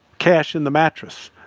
cash in the mattress,